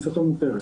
כניסתו מותרת.